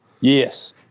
Yes